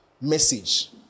message